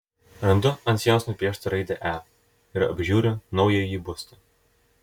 randu ant sienos nupieštą raidę e ir apžiūriu naująjį būstą